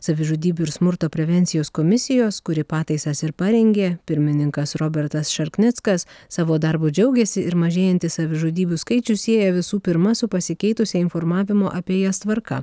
savižudybių ir smurto prevencijos komisijos kuri pataisas ir parengė pirmininkas robertas šarknickas savo darbu džiaugiasi ir mažėjantį savižudybių skaičių sieja visų pirma su pasikeitusia informavimo apie jas tvarka